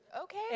Okay